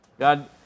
God